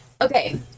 Okay